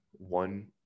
One